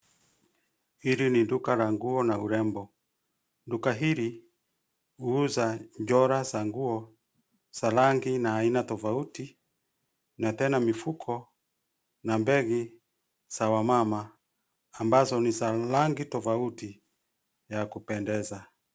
Hili ni duka la nguo na urembo, duka hili, huuza, njora za nguo, za rangi na aina tofauti, na tena mifuko, na begi, za wamama, ambazo ni za rangi tofauti, yakupendeza.